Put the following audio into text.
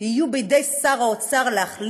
יהיו בידי שר האוצר,